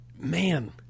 man